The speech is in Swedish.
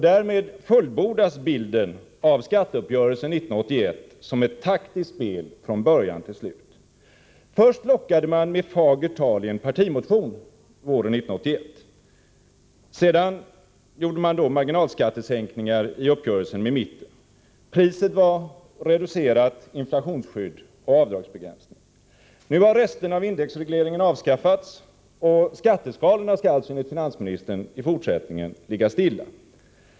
Därmed fullbordas bilden av skatteuppgörelsen 1981 som ett taktiskt spel från början till slut. Först lockade man med fagert tal i en partimotion våren 1981. I uppgörelsen med mitten beslöt man sedan att genomföra marginalskattesänkningar. Priset var reducerat inflationsskydd och avdragsbegränsningar. Nu har resterna av indexregleringen avskaffats, och skatteskalorna skall alltså enligt finansministern i fortsättningen ligga stilla.